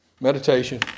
meditation